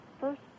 first